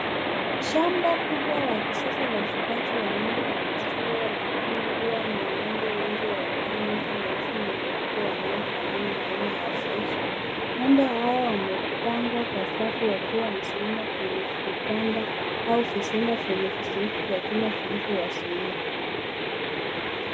Shamba kubwa la kisasa la ufugani wa ngombe wa maziwa likiwa na ng'ombe wengi wa rangi nyeusi na nyeupe wanaofanana na wa aina ya (cs)Freshian(cs). Ng'ombe hawa wamepangwa wa safu wakiwa wamesimama kwenye vibanda au vizimba vyenye vizuizi kwa kina vilivyowazuia.